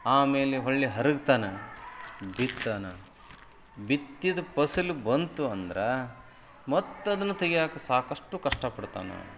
ಆಮೇಲೆ ಹೊರ್ಳಿ ಹರ್ಗ್ತಾನೆ ಬಿತ್ತಾನೆ ಬಿತ್ತಿದ್ದು ಫಸಲು ಬಂತು ಅಂದ್ರೆ ಮತ್ತು ಅದನ್ನು ತೆಗ್ಯಕ್ಕೆ ಸಾಕಷ್ಟು ಕಷ್ಟಪಡ್ತಾನೆ